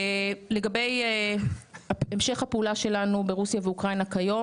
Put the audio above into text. לגבי המשך הפעולה שלנו ברוסיה ואוקראינה כיום,